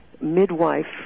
midwife